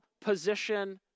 position